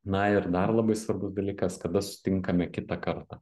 na ir dar labai svarbus dalykas kada susitinkame kitą kartą